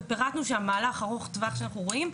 ופרטנו שהמהלך ארוך טווח שאנחנו רואים,